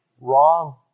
wrong